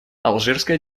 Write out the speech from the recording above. алжирская